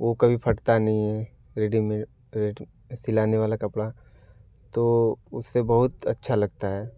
वह कभी फटता नहीं है रेडीमेड सिलाने वाला कपड़ा तो उससे बहुत अच्छा लगता है